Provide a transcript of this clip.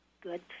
good